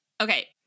Okay